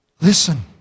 Listen